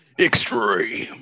Extreme